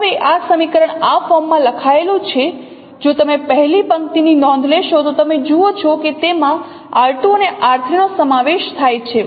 હવે આ સમીકરણ આ ફોર્મમાં લખાયેલું છે જો તમે પહેલી પંક્તિની નોંધ લેશો તો તમે જુઓ છો કે તેમાં r 2 અને r 3 નો સમાવેશ થાય છે